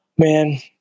Man